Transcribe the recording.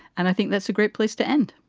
and i think that's a great place to end